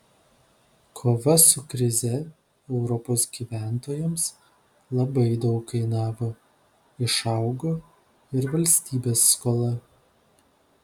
kova su krize europos gyventojams labai daug kainavo išaugo ir valstybės skola